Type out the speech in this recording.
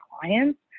clients